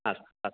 अस् अस्